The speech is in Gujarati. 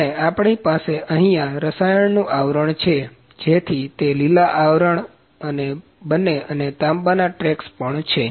અને આપણી પાસે અહીંયા રસાયણનું આવરણ પણ છે જેથી તે લીલા આવરણ બને અને તાંબાના ટ્રેક્સ પણ છે